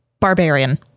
barbarian